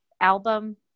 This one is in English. album